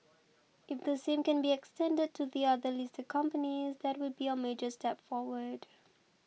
if the same can be extended to the other listed companies that would be a major step forward